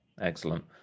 Excellent